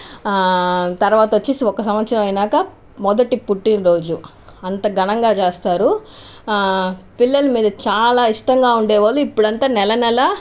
తర్వాత వచ్చేసి ఒక సంవత్సరం అయినాక మొదటి పుట్టిన రోజు అంత ఘనంగా చేస్తారు పిలల్ల మీద చాలా ఇష్టంగా ఉండేవాళ్ళు ఇప్పుడు అంతా నెల నెలా